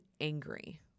angry